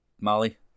Molly